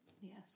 Yes